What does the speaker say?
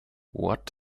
what